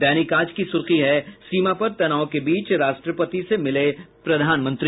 दैनिक आज की सुर्खी है सीमा पर तनाव के बीच राष्ट्रीपति से मिले प्रधानमंत्री